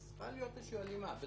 אז צריכה להיות איזושהי הלימה.